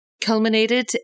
culminated